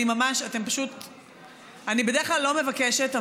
אני בדרך כלל לא מבקשת,